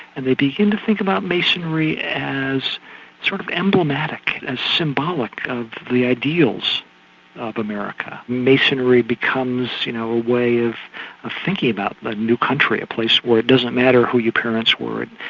and they begin to think about masonry as sort of emblematic, and symbolic of the ideals of america, and masonry becomes you know ah way of of thinking about the new country, a place where it doesn't matter who your parents were,